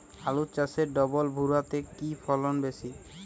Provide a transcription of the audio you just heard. আলু চাষে ডবল ভুরা তে কি ফলন বেশি?